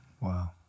Wow